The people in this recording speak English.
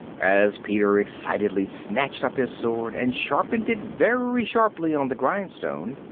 as peter excitedly snatched up his sword and sharpened it very sharply on the grindstone,